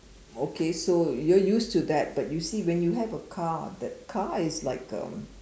okay so you're used to that but you see when you have a car that car is like um